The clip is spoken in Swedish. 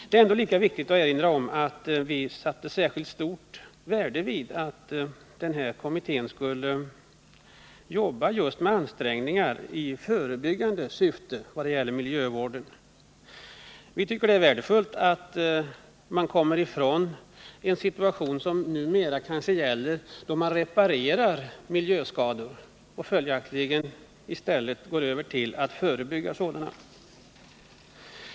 Det är viktigt att erinra om att vi satte lika stort värde på att kommittén arbetade med inriktning på förebyggande åtgärder inom miljövården. Vi tycker att det är värdefullt att komma bort från dagens situation, då man kanske mest inskränker sig till att reparera miljöskador. I stället går man nu över till att förebygga miljöskador.